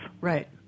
Right